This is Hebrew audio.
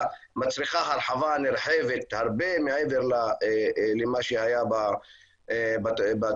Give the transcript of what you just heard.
מצריכה הרחבה נרחבת הרבה מעבר למה שהיה בתוכנית.